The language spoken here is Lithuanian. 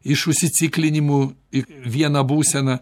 iš užsiciklinimų į vieną būseną